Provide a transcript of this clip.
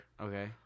Okay